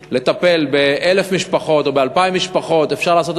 כל אחד שיקרא לזה לפי השקפת עולמו.